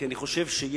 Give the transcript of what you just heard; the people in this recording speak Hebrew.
כי אני חושב שיש